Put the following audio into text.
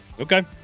okay